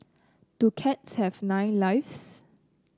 do cats have nine lives